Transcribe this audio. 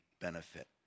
benefit